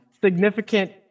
significant